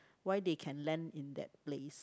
why they can land in that place